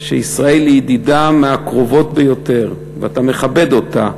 שישראל היא ידידה מהקרובות ביותר, ואתה מכבד אותה,